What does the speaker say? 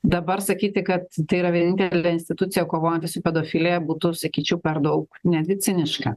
dabar sakyti kad tai yra vienintelė institucija kovojanti su pedofilija būtų sakyčiau per daug netgi ciniška